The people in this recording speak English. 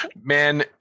man